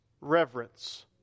reverence